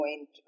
point